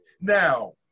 Now